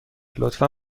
لطفا